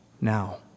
now